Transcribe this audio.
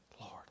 Lord